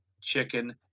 chicken